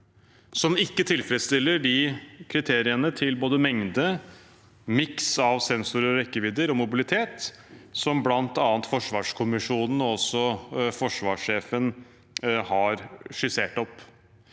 som ikke tilfredsstiller kriteriene for verken mengde, miks av sensorer, rekkevidde eller mobilitet som bl.a. forsvarskommisjonen og også forsvarssjefen har skissert opp.